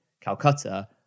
Calcutta